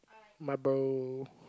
my bro